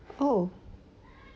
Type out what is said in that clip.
oh